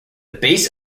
base